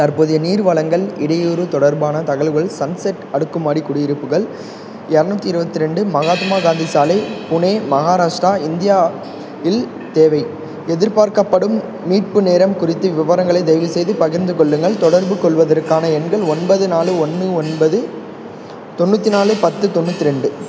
தற்போதைய நீர் வழங்கல் இடையூறு தொடர்பான தகவல்கள் சன்செட் அடுக்குமாடி குடியிருப்புகள் இரநூத்தி இருபத்தி ரெண்டு மகாத்மா காந்தி சாலை புனே மகாராஷ்டிரா இந்தியா இல் தேவை எதிர்பார்க்கப்படும் மீட்பு நேரம் குறித்து விவரங்களை தயவுசெய்து பகிர்ந்து கொள்ளுங்கள் தொடர்புகொள்வதற்கான எண்கள் ஒன்பது நாலு ஒன்று ஒன்பது தொண்ணூற்றி நாலு பத்து தொண்ணூற்றி ரெண்டு